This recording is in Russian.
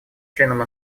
членам